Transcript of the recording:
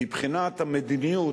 מבחינת המדיניות,